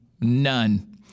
None